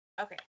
Okay